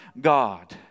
God